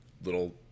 little